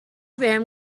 بهم